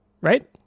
right